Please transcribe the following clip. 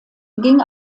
ging